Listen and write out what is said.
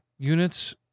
units